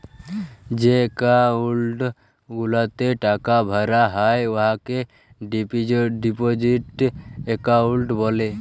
যে একাউল্ট গুলাতে টাকা ভরা হ্যয় উয়াকে ডিপজিট একাউল্ট ব্যলে